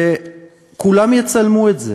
וכולם יצלמו את זה,